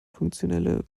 funktionelle